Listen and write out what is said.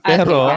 Pero